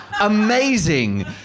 amazing